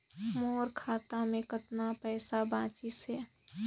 मोर खाता मे कतना पइसा बाचिस हे?